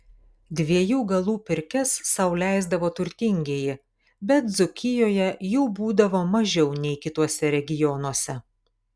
dviejų galų pirkias sau leisdavo turtingieji bet dzūkijoje jų būdavo mažiau nei kituose regionuose